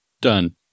Done